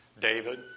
David